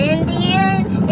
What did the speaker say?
Indians